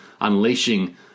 unleashing